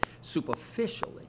superficially